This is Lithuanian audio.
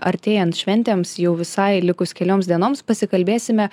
artėjant šventėms jau visai likus kelioms dienoms pasikalbėsime